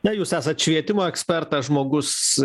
na jūs esat švietimo ekspertas žmogus